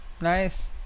Nice